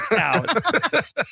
out